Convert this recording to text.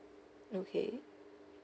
okay